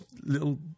little